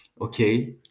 Okay